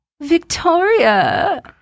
Victoria